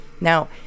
Now